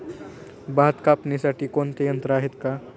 भात कापणीसाठी कोणते यंत्र आहेत का?